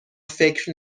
فکر